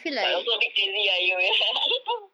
but also a bit crazy lah you